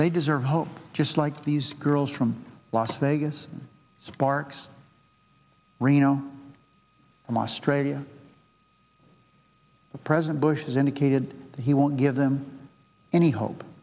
they deserve hope just like these girls from las vegas sparks reno from australia president bush has indicated he won't give them any hope